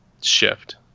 shift